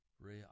Ray